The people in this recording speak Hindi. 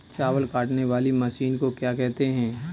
चावल काटने वाली मशीन को क्या कहते हैं?